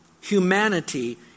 humanity